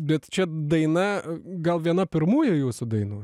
bet čia daina gal viena pirmųjų jūsų dainų